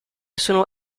sono